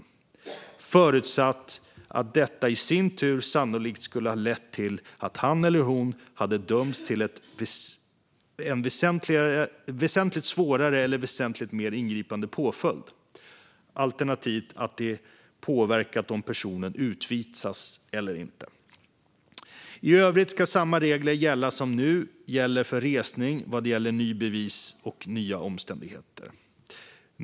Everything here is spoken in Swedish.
Detta förutsatt att det i sin tur sannolikt skulle ha lett till att han eller hon hade dömts till en väsentligt svårare eller väsentligt mer ingripande påföljd, alternativt att det hade påverkat om personen skulle utvisas eller inte. I övrigt ska samma regler gälla som nu gäller för resning vad gäller nya bevis och nya omständigheter.